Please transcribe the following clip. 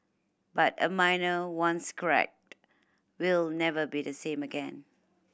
but a mirror once cracked will never be the same again